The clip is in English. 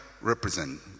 represent